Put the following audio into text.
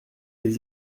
des